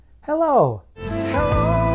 Hello